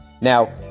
Now